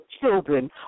children